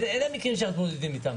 תקיפות - אלו המקרים איתם אנחנו מתמודדים.